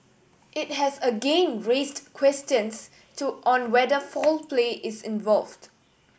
it has again raised questions to on whether foul play is involved